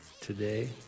today